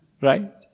Right